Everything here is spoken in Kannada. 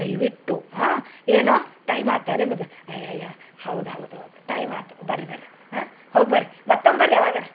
ದಯವಿಟ್ಟು ಏನು ಟೈಮ್ ಆತ ನಿಂಬದ್ ಅಯ್ಯಯ್ಯ ಹೌದು ಹೌದು ಹೌದು ಟೈಮ್ ಆತು ಬರ್ರೀ ಬರ್ರೀ ಹೋಗಿ ಬರ್ರೀ ಮತ್ತೊಂಬರ್ರೀ ಯಾವಾಗರ